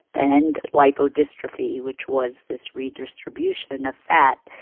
and like lipodystrophy, which was this redistribution of fat.